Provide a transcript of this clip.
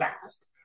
fast